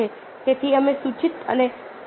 તેથી અમે સૂચિત અને સ્પષ્ટ પ્રક્રિયા વિશે વાત કરી